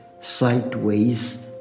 sideways